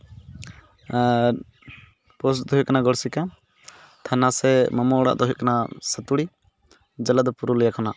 post ᱫᱚ ᱦᱩᱭᱩᱜ ᱠᱟᱱᱟ ᱜᱚᱲᱥᱤᱠᱟ ᱛᱷᱟᱱᱟ ᱥᱮ ᱢᱟᱢᱚ ᱚᱲᱟᱜ ᱫᱚ ᱦᱩᱭᱩᱜ ᱠᱟᱱᱟ ᱥᱟᱸᱛᱩᱲᱤ ᱡᱮᱞᱟ ᱫᱚ ᱯᱩᱨᱩᱞᱤᱭᱟ ᱠᱷᱚᱱᱟᱜ